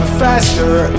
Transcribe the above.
faster